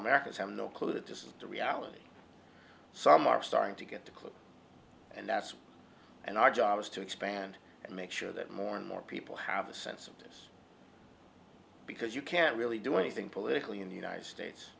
americans have no clue that this is the reality some are starting to get a clue and that's and our job is to expand and make sure that more and more people have a sense of purpose because you can't really do anything politically in the united states